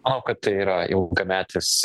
manau kad tai yra ilgametis